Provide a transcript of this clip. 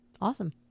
awesome